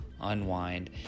unwind